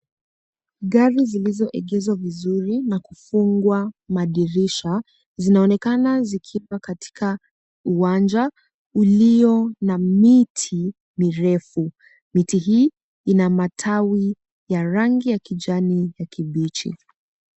Gari zilizoekezwa vizuri na kufungwa madirisha, zinaonekana zikiwa katika uwanja uliyo ya miti mirefu. Miti hii ina matawi ya rangi ya kijani ya kibichi.